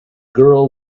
girl